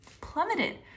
plummeted